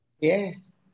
Yes